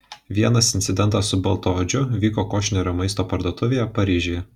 vienas incidentas su baltaodžiu vyko košerinio maisto parduotuvėje paryžiuje